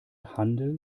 handel